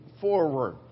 forward